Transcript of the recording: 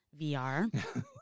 VR